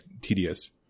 tedious